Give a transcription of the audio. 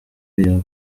uyu